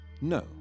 No